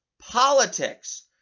politics